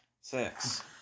six